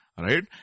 right